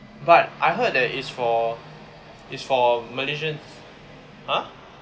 but I heard that is for is for malaysians !huh!